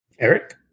Eric